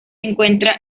encuentra